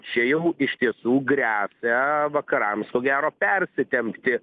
čia jau iš tiesų gresia vakarams ko gero persitempti